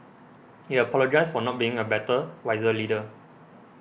he apologised for not being a better wiser leader